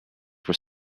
were